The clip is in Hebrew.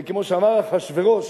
כמו שאמר אחשוורוש